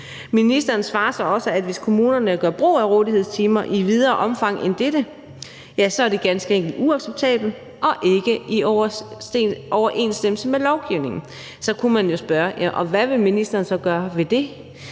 Ministeren svarer så også, at hvis kommunerne gør brug af rådighedstimer i et videre omfang end dette, er det ganske enkelt uacceptabelt og ikke i overensstemmelse med lovgivningen. Så kunne man jo spørge: Hvad vil ministeren så gøre ved det?